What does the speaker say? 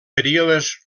períodes